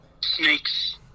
snakes